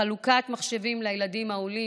חלוקת מחשבים לילדים העולים,